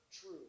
true